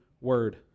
Word